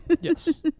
Yes